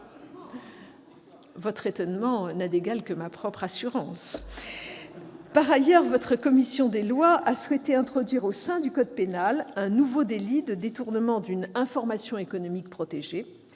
Votre surprise n'a d'égale que ma propre assurance ... Ensuite, votre commission des lois a souhaité introduire au sein du code pénal un nouveau délit de « détournement d'une information économique protégée